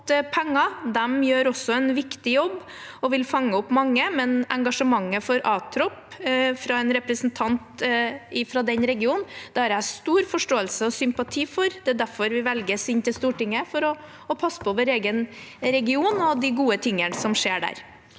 penger. De gjør også en viktig jobb og vil fange opp mange. Engasjementet for ATROP fra en representant fra den regionen har jeg likevel stor forståelse og sympati for. Det er derfor vi velges inn til Stortinget, for å passe på vår egen region og de gode tingene som skjer der.